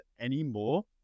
anymore